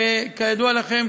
וכידוע לכם,